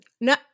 no